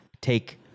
take